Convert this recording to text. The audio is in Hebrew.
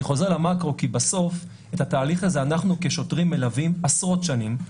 אני חוזר למקרו כי בסוף את התהליך הזה אנחנו כשוטרים מלווים עשרות שנים.